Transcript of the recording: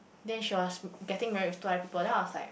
then she was getting marriage to other people then I was like